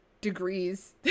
degrees